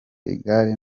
igare